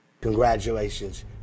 Congratulations